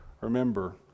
Remember